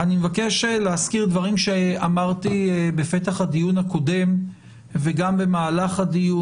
אני מבקש להזכיר דברים שאמרתי בפתח הדיון הקודם וגם במהלכו,